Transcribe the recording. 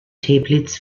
teplitz